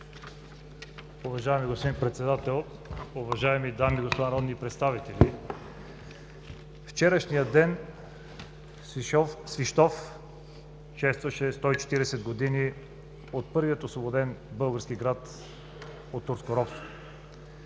Уважаеми господин Председател, уважаеми дами и господа народни представители! Във вчерашния ден Свищов честваше 130 години от първия освободен български град от турско робство.